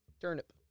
Turnip